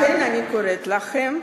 לכן אני קוראת לכם,